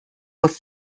was